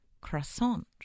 croissant